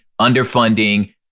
underfunding